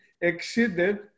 exceeded